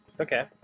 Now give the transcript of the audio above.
Okay